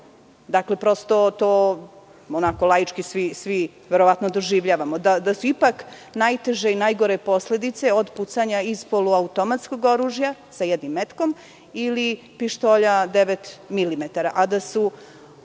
milimetara. To onako laički svi verovatno doživljavamo, da su ipak najteže i najgore posledice od pucanja iz poluautomatskog oružja sa jednim metkom i pištolja devet